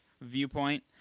viewpoint